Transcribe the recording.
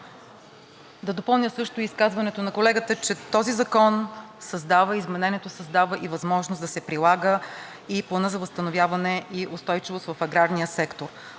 Да допълня също и изказването на колегата, че изменението на този закон създава и възможност да се прилага и Планът за възстановяване и устойчивост в аграрния сектор.